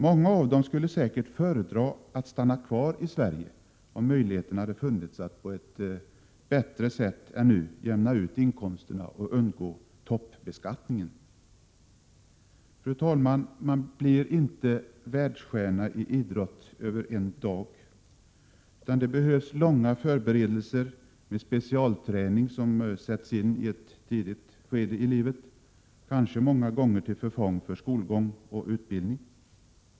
Många av dem skulle säkert föredra att stanna kvar i Sverige om möjligheter hade funnits att på ett bättre sätt än nu jämna ut inkomsterna och undgå toppbeskattningen. Fru talman! Man blir inte världsstjärna i idrott över en dag, utan det behövs långa förberedelser med specialträning som sätts in i ett tidigt skede i livet, kanske många gånger till förfång för skolgång och utbildning.